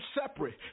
separate